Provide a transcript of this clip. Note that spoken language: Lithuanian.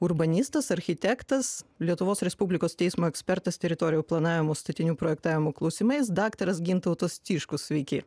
urbanistas architektas lietuvos respublikos teismo ekspertas teritorijų planavimo statinių projektavimo klausimais daktaras gintautas tiškus sveiki